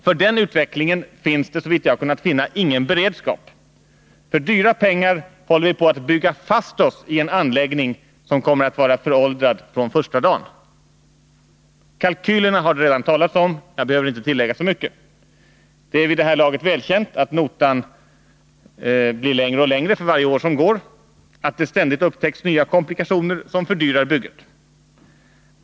För den utvecklingen finns det, såvitt jag kunnat finna, ingen beredskap. För dyra pengar håller vi på att bygga fast oss i en anläggning som kommer att vara föråldrad från första dagen. Kalkylerna har det redan talats om, och jag behöver inte tillägga så mycket. Det är vid det här laget välkänt att notan blir längre och längre för varje år som går och att det ständigt upptäcks nya komplikationer som fördyrar bygget.